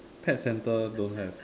pet center don't have